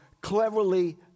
cleverly